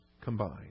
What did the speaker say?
combined